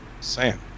Sam